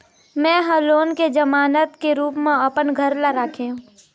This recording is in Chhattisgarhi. में ह लोन के जमानत के रूप म अपन घर ला राखे हों